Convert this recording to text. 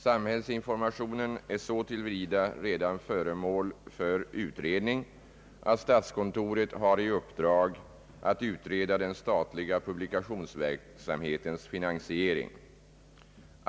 Samhällsinformationen är så till vida redan föremål för utredning, att statskontoret har i uppdrag att utreda den statliga publikationsverksamhetens finansiering.